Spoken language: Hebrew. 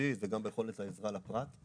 הסבסודית וגם ביכולת העזרה לפרט.